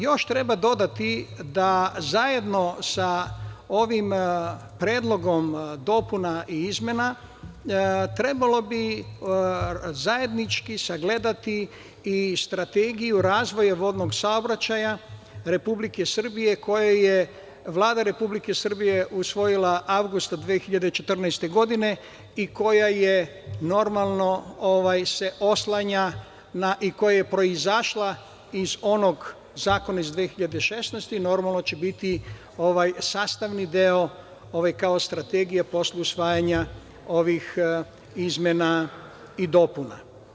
Još treba dodati da zajedno sa ovim predlogom dopuna i izmena trebalo bi zajednički sagledati i Strategiju razvoja vodnog saobraćaja Republike Srbije koju je Vlada Republike Srbije usvojila avgusta 2014. godine i koja se oslanja i koja je proizašla iz onog Zakona iz 2016. godine i biće sastavni deo strategije posle usvajanja izmena i dopuna.